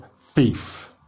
thief